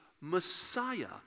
messiah